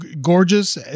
gorgeous